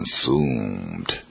consumed